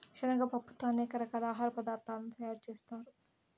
శనగ పప్పుతో అనేక రకాల ఆహార పదార్థాలను తయారు చేత్తారు